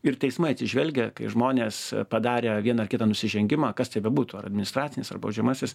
ir teismai atsižvelgia kai žmonės padarę vieną ar kitą nusižengimą kas tai bebūtų ar administracinis ar baudžiamasis